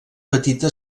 petita